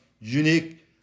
unique